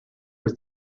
was